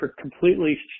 completely